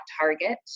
target